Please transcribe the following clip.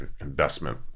investment